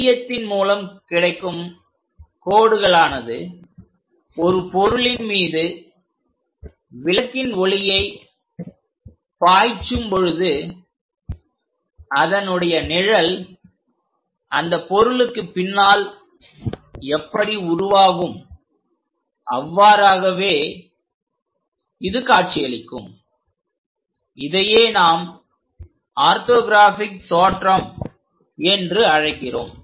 எறியத்தின் மூலம் கிடைக்கும் கோடுகளானது ஒரு பொருளின் மீது விளக்கின் ஒளியை பாய்ச்சும் பொழுது அதனுடைய நிழல் அந்த பொருளுக்கு பின்னால் எப்படி உருவாகும் அவ்வாறாகவே இது காட்சியளிக்கும் இதையே நாம் ஆர்த்தோகிராஃபிக் தோற்றம் என்று அழைக்கிறோம்